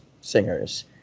singers